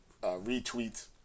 retweets